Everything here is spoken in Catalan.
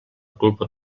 culpa